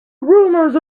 rumors